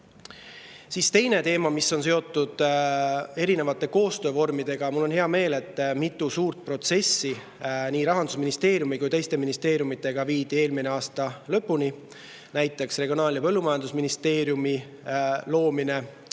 [Järgmine] teema on seotud erinevate koostöövormidega. Mul on hea meel, et mitu suurt protsessi viidi nii Rahandusministeeriumi kui ka teiste ministeeriumidega eelmisel aastal lõpuni, näiteks Regionaal- ja Põllumajandusministeeriumi loomine